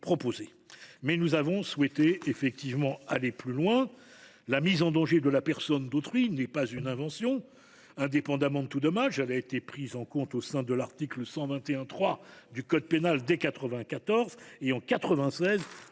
par heure. Mais nous avons souhaité aller plus loin. La mise en danger de la personne d’autrui n’est pas une invention. Indépendamment de tout dommage, elle a été prise en compte au sein de l’article 121 3 du code pénal dès 1994. En 1996,